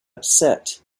upset